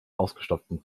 ausgestopften